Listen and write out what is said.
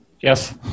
yes